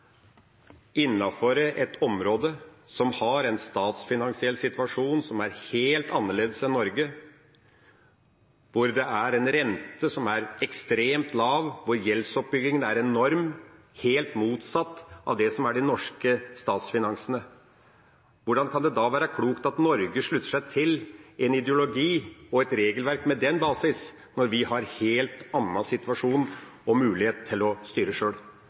innenfor et område som har en statsfinansiell situasjon som er helt annerledes enn den i Norge, hvor det er en rente som er ekstremt lav, og gjeldsoppbyggingen er enorm – helt motsatt av det som er de norske statsfinansene. Hvordan kan det da være klokt at Norge slutter seg til en ideologi og et regelverk med den basis når vi har en helt annen situasjon og mulighet til å styre sjøl?